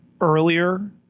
earlier